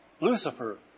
Lucifer